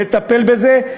לטפל בזה,